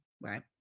Right